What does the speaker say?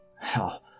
hell